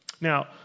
Now